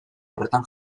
horretan